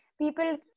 people